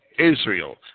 Israel